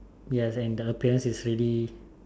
yes and the appearance is really